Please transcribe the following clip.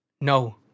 No